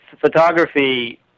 photography